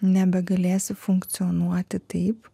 nebegalėsi funkcionuoti taip